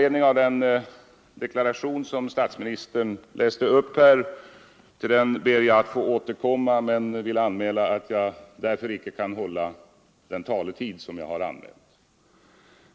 Den deklaration som statsministern läste upp ber jag att få återkomma till — jag vill anmäla att deklarationen gör att jag inte kan hålla den taletid som jag har angivit.